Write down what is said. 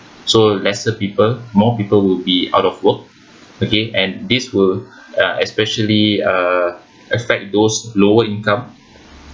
so lesser people more people will be out of work okay and this will uh especially uh will effect those lower income